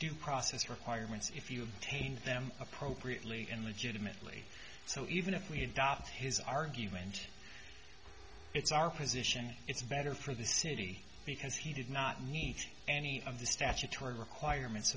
due process requirements if you obtained them appropriately and legitimately so even if we had got his argument it's our position it's better for the city because he did not meet any of the statutory requirements